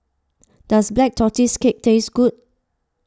does Black Tortoise Cake taste good